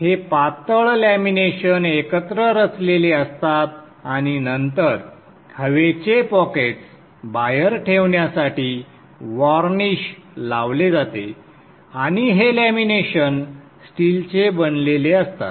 हे पातळ लॅमिनेशन एकत्र रचलेले असतात आणि नंतर हवेचे पॉकेट्स बाहेर ठेवण्यासाठी वार्निश लावले जाते आणि हे लॅमिनेशन स्टीलचे बनलेले असतात